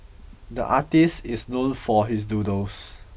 the artist is known for his noodles